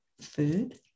food